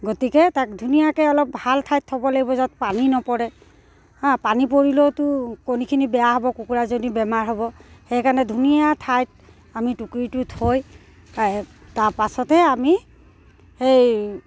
গতিকে তাক ধুনীয়াকৈ অলপ ভাল ঠাইত থ'ব লাগিব য'ত পানী নপৰে হা পানী পৰিলেওতো কণীখিনি বেয়া হ'ব কুকুৰাজনী বেমাৰ হ'ব সেইকাৰণে ধুনীয়া ঠাইত আমি টুকুৰিটো থৈ তাৰপাছতে আমি সেই